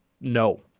no